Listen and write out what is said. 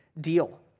deal